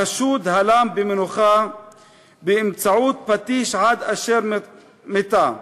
החשוד הלם במנוחה באמצעות פטיש עד אשר מתה,